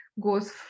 goes